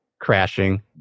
crashing